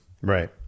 Right